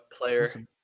player